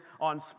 on